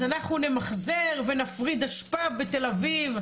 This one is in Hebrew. אז אנחנו נמחזר ונפריד אשפה בתל-אביב,